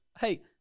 Hey